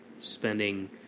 spending